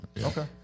okay